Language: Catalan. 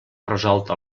resolta